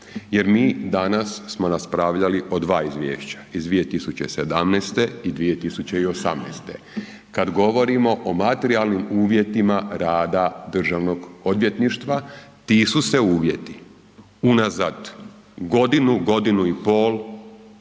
jer mi danas smo raspravljali o dva izvješća, iz 2017. i 2018. Kad govorimo o materijalnim uvjetima rada Državnog odvjetništva, ti su se uvjeti unazad godinu, godinu i pol,